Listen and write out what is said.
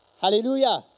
hallelujah